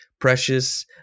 Precious